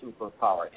superpower